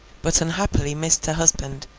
but unhappily missed her husband,